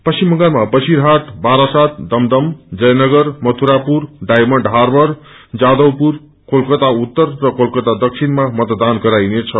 पश्चिम बंगालमा बसिरहाट वारासात दमदम जयनगर मथुरापुर डायमण्ड आर्वर जाधवपुर कोलकाता उत्तर र कोलकात दक्षिणमा मतदान गराइनेछ